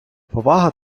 повага